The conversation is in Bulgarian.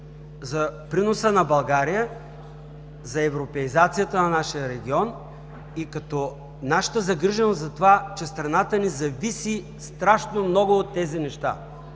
за приноса на България, за европеизацията на нашия регион и като нашата загриженост за това, че страната ни зависи страшно много от тези неща.